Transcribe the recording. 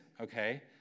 Okay